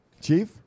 Chief